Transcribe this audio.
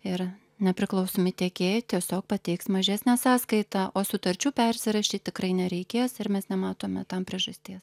ir nepriklausomi tiekėjai tiesiog pateiks mažesnę sąskaitą o sutarčių persirašyt tikrai nereikės ir mes nematome tam priežasties